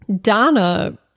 donna